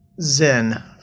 Zen